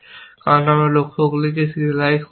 কারণ আমরা লক্ষ্যগুলিকে সিরিয়ালাইজ করছি